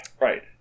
Right